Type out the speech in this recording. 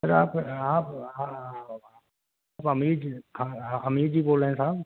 سر آپ آپ آپ امی امیر جی بول رہے ہیں صاحب